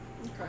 okay